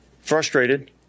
Frustrated